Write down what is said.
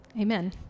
Amen